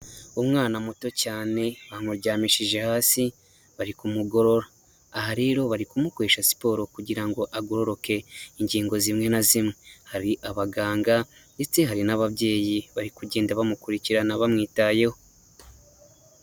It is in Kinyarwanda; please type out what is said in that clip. Umwana muto cyane bamuryamishije hasi bari kumugorora, aha rero bari kumukoresha siporo kugira ngo agororoke ingingo zimwe na zimwe, hari abaganga ndetse hari n'ababyeyi bari kugenda bamukurikirana bamwitayeho.